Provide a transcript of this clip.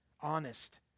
honest